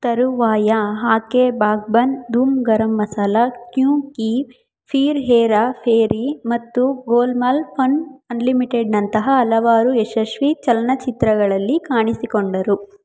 ತರುವಾಯ ಹಾಕೆ ಬಾಗ್ಬನ್ ದೂಮ್ ಗರಮ್ ಮಸಾಲ ಕ್ಯೂಂಕಿ ಫೀರ್ ಹೇರಾ ಫೇರಿ ಮತ್ತು ಗೋಲ್ಮಾಲ್ ಫನ್ ಅನ್ಲಿಮಿಟೆಡ್ನಂತಹ ಹಲವಾರು ಯಶಸ್ವಿ ಚಲನಚಿತ್ರಗಳಲ್ಲಿ ಕಾಣಿಸಿಕೊಂಡರು